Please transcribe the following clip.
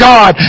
God